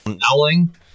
howling